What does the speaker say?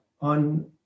on